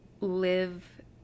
live